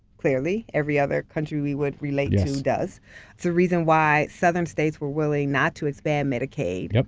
clearly, every other country we would relate to does. it's the reason why southern states were willing not to expand medicaid,